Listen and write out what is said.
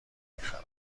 میخرم